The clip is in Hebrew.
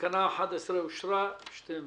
אין נמנעים,